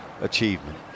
achievement